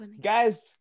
guys